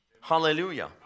Hallelujah